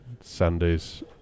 Sunday's